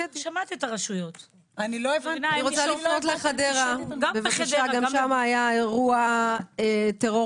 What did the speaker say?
אני רוצה לפנות לחדרה שגם שם היה אירוע טרור